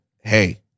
Hey